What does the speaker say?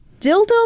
dildo